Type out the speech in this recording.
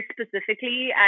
specifically